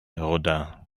rodin